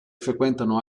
frequentano